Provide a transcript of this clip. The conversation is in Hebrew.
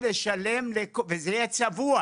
וזה יהיה צבוע